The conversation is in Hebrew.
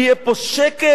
יהיה פה שקט,